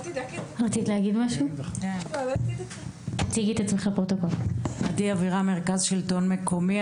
אני ממרכז שלטון מקומי.